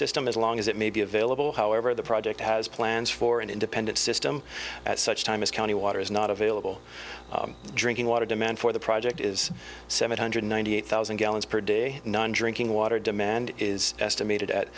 system as long as it may be available however the project has plans for an independent system at such time as county water is not available drinking water demand for the project is seven hundred ninety eight thousand gallons per day drinking water demand is estimated at